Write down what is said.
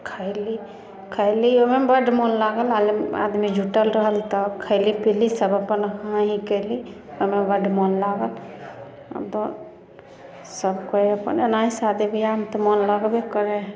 खयली खयली ओहिमे बड्ड मोन लागल आ आदमी जुट्टल रहल तऽ खयली पीयली सब अपन हाँ हाँ हीँ हीँ कयली ओइमे बड्ड मोन लागल आब तऽ सब कोइ अपन एनाही शादी बियाह मे तऽ मोन लगबे करय हय